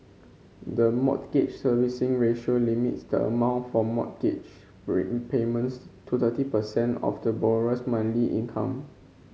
the Mortgage Servicing Ratio limits the amount for mortgage repayments to thirty percent of the borrower's monthly income